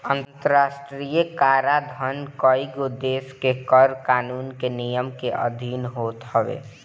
अंतरराष्ट्रीय कराधान कईगो देस के कर कानून के नियम के अधिन होत हवे